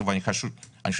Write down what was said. יש להם